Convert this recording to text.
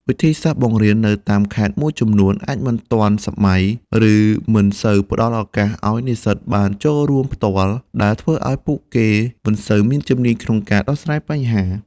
វិធីសាស្រ្តបង្រៀននៅតាមខេត្តមួយចំនួនអាចមិនទាន់សម័យ ឬមិនសូវផ្តល់ឱកាសឲ្យនិស្សិតបានចូលរួមផ្ទាល់ ដែលធ្វើឲ្យពួកគេមិនសូវមានជំនាញក្នុងការដោះស្រាយបញ្ហា។